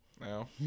no